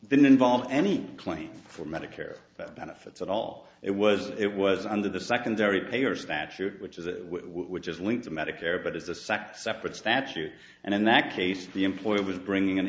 didn't involve any claim for medicare benefits at all it was it was under the secondary payer statute which is that which is linked to medicare but is a sakte separate statute and in that case the employer was bringing in